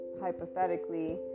hypothetically